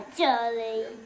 Charlie